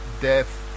death